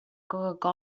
coca